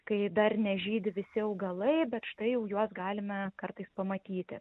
kai dar nežydi visi augalai bet štai jau juos galime kartais pamatyti